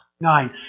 nine